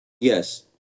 Yes